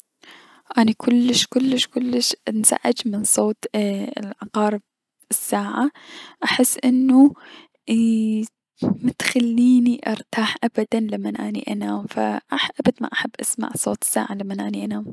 اني كلس كلس كلس انزعج من صوت عقارب الساعة احس انو متخليني ارتاح ابدا لمن اني انام فأبدا ما احب اسمع صوت الساعة لمن اني انام.